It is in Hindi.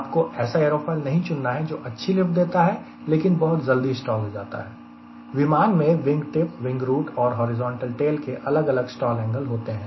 आपको ऐसा एयरोफॉयल नहीं चुनना चाहिए जो अच्छी लिफ्ट देता है लेकिन बहुत जल्दी स्टॉल होता है विमान में विंग टिप विंग रुट और हॉरिजॉन्टल टेल के अलग अलग स्टॉल एंगल होते हैं